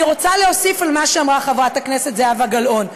אני רוצה להוסיף על מה שאמרה חברת הכנסת זהבה גלאון: